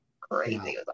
crazy